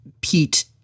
Pete